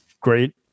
great